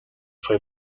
fue